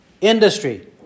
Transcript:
industry